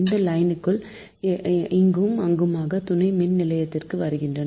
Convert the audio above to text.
இந்த லைன்கள் இங்கும் அங்குமாக துணை மின் நிலையத்திற்கு வருகின்றன